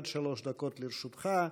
עד שלוש דקות לרשותך,